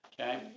Okay